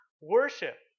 worship